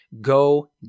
go